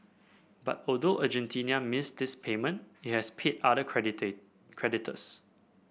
but although Argentina missed this payment it has paid other creditors